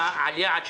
אחרון,